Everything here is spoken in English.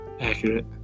accurate